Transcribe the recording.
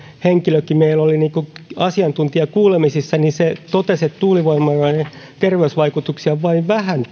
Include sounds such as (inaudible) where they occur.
henkilökin meillä oli asiantuntijakuulemisissa niin hän totesi että tuulivoimaloiden terveysvaikutuksia on vain vähän (unintelligible)